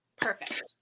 Perfect